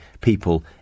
people